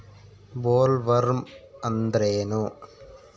Bollworm ಅಂದ್ರೇನು?